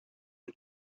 and